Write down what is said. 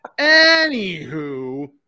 Anywho